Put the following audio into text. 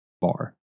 bar